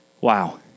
Wow